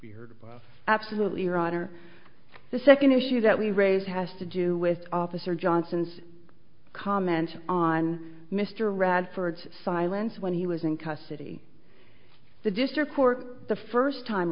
you're absolutely right or the second issue that we raised has to do with officer johnson's comment on mr radford's silence when he was in custody the district court the first time